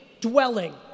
dwelling